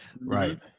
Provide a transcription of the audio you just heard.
Right